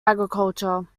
agriculture